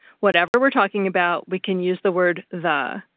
whatever we're talking about, we can use the word the.